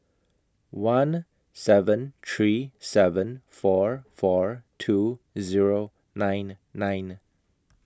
one seven three seven four four two Zero nine nine